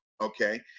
okay